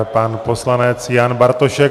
Pan poslanec Jan Bartošek.